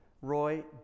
Roy